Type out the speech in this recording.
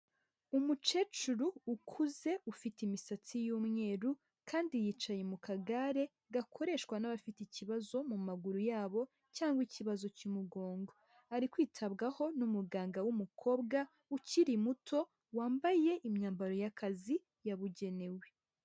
Umukecuru ukuze ufite imisatsi y'umweru kandi yicaye mu kagare gakoreshwa n'abafite ikibazo mu maguru yabo cyangwa ikibazo cy'umugongo, ari kwitabwaho n'umuganga w'umukobwa ukiri muto, wambaye imyambaro y'akazi yabugenewe.